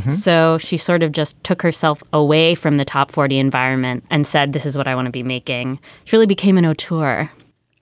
so she sort of just took herself away from the top forty environment and said, this is what i want to be making really became an no tour